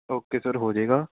okay sir ਹੋ ਜਾਵੇਗਾ